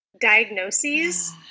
diagnoses